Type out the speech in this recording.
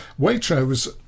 Waitrose